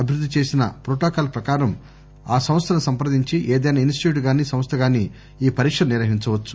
అభివృద్ది చేసిన ప్రోటోకాల్ ప్రకారం ఆ సంస్థను సంప్రదించి ఏదైనా ఇనిస్టిట్యూట్ గాని సంస్థ గాని ఈ పరీక్షలు నిర్వహించవచ్చు